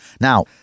Now